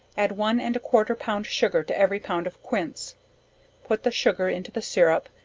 add one and a quarter pound sugar to every pound of quince put the sugar into the sirrup,